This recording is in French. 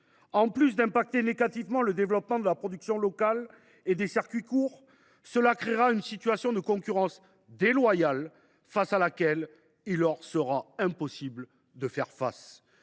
cela affecterait négativement le développement de la production locale et des circuits courts, mais cela créerait une situation de concurrence déloyale à laquelle il leur serait impossible de faire face.